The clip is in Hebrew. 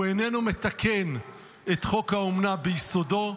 הוא איננו מתקן את חוק האומנה ביסודו.